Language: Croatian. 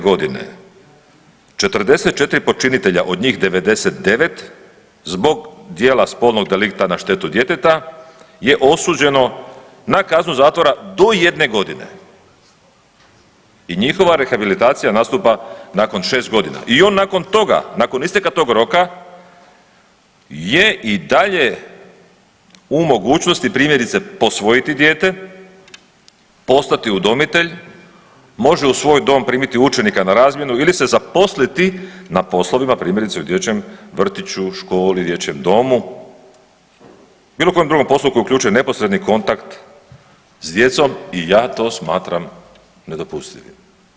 Godine 44 počinitelja od njih 99 zbog djela spolnog delikta na štetu djeteta je osuđeno na kaznu zatvora to jedne godine i njihova rehabilitacija nastupa nakon šest godina i on nakon toga, nakon isteka tog roka je i dalje u mogućnosti primjerice posvojiti dijete, postati udomitelj, može u svoj dom primiti učenika na razmjenu ili se zaposliti na poslovima primjerice u dječjem vrtiću, školi, dječjem domu bilo kojem drugom poslu koji uključuje neposredni kontakt s djecom i ja to smatram nedopustivim.